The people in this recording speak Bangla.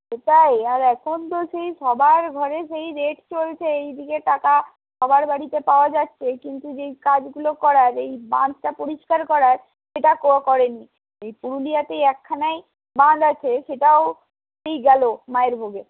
সেটাই আর এখন তো সেই সবার ঘরে সেই রেড চলছে এইদিকে টাকা সবার বাড়িতে পাওয়া যাচ্ছে কিন্তু যে কাজগুলো করার এই বাঁধটা পরিষ্কার করার সেটা ক করেনি এই পুরুলিয়াতে একখানাই বাঁধ আছে সেটাও সেই গেল মায়ের ভোগে